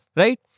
right